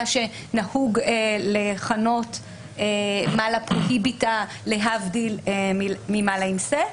מה שנהוג לכנות מאלה פרוהיביטה להבדיל ממאלה אינסה.